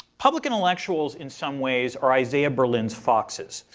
public intellectuals, in some ways, are isaiah berlin's foxes.